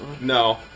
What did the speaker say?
No